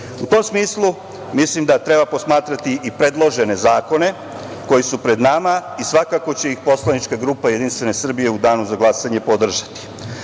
tom smislu mislim da treba posmatrati i predložene zakone koji su pred nama i svakako će ih poslanička grupa Jedinstvene Srbije u danu za glasanje podržati.